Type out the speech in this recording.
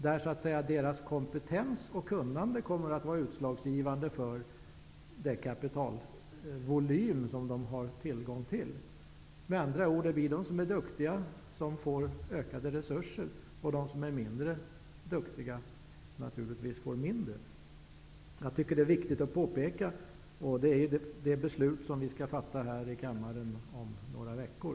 Det är nu deras kompetens och kunnande som blir utslagsgivande för vilken kapitalvolym de får tillgång till. Med andra ord: Det blir de som är duktiga som får ökade resurser, och de som är mindre duktiga får naturligtvis mindre. Jag tycker att det är viktigt att påpeka. Detta är ju det beslut som vi skall fatta här i kammaren om några veckor.